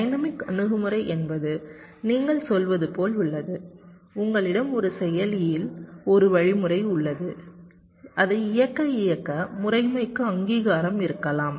dynamic அணுகுமுறை என்பது நீங்கள் சொல்வது போல் உள்ளது உங்களிடம் ஒரு செயலியில் ஒரு வழிமுறை உள்ளது அதை இயக்க இயக்க முறைமைக்கு அங்கீகாரம் இருக்கலாம்